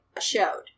showed